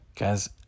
Guys